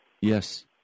Yes